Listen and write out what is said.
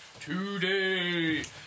Today